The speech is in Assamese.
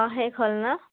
অঁ শেষ হ'ল ন